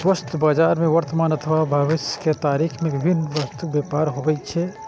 वस्तु बाजार मे वर्तमान अथवा भविष्यक तारीख मे विभिन्न वस्तुक व्यापार होइ छै